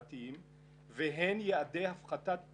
שלום, שמעת את הדברים.